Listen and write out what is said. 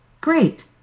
Great